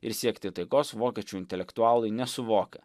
ir siekti taikos vokiečių intelektualai nesuvokia